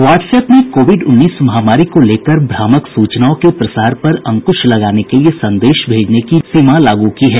what's app ने Covid उन्नीस महामारी को लेकर भ्रामक सूचनाओं के प्रसार पर अंकुश लगाने के लिए संदेश भेजने पर नई सीमा लागू की है